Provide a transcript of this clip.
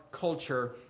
culture